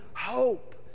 hope